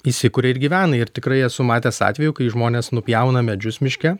įsikuria ir gyvena ir tikrai esu matęs atvejų kai žmonės nupjauna medžius miške